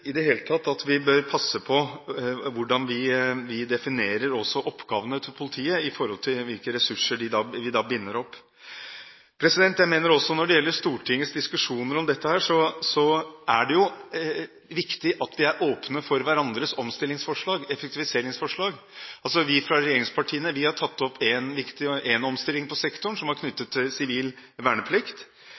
i det hele tatt at vi bør passe på hvordan vi definerer politiets oppgaver i forhold til hvilke ressurser vi da binder opp. Jeg mener også når det gjelder Stortingets diskusjoner om dette, at det er viktig at vi er åpne for hverandres omstillingsforslag, effektiviseringsforslag. Vi fra regjeringspartiene har tatt opp én omstilling i sektoren som var knyttet til sivil verneplikt,